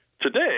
today